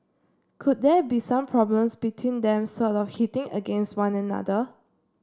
could there be some problems between them sort of hitting against one another